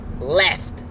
left